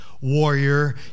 warrior